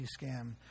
scam